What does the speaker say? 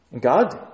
God